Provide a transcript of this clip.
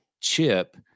chip